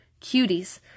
cuties